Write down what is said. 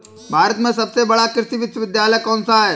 भारत में सबसे बड़ा कृषि विश्वविद्यालय कौनसा है?